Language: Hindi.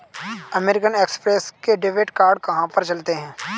अमेरिकन एक्स्प्रेस के डेबिट कार्ड कहाँ पर चलते हैं?